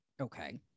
okay